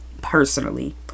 personally